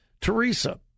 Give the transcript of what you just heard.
Teresa